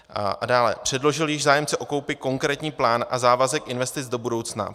A dále: Předložil již zájemce o koupi konkrétní plán a závazek investic do budoucna?